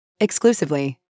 Exclusively